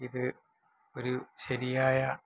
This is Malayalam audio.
ഇത് ഒരു ശരിയായ